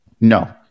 No